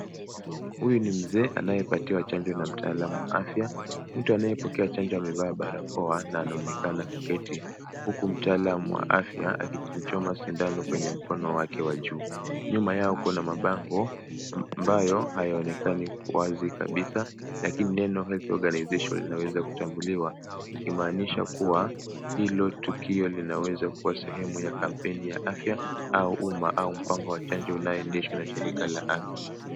Huyu ni mzee anayepatiwa chanjo na mtaalamu wa afya. Mtu anayepokea chanjo amevaa barakoa na anaonekana kuketi huku mtaalam wa afya akimchoma sindano kwenye mkono wake wa juu. Nyuma yao kuna mabango ambayo hayaonekani wazi kabisa lakini neno organization linaweza kuchambuliwa ikimaanisha kuwa hilo tukio linaweza kuwa sehemu ya kampeni ya afya au umma au mpango wa chanjo unaoendeshwa na shirika la afya.